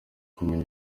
kumenya